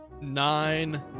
Nine